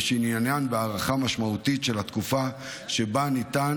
ועניינן הארכה משמעותית של התקופה שבה ניתן